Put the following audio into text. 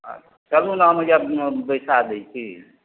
हँ चलू ने हम हइया बैसा दै छी